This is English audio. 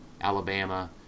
Alabama